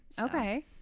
okay